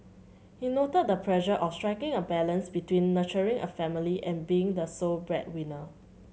he noted the pressure of striking a balance between nurturing a family and being the sole breadwinner